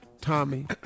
Tommy